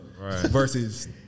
versus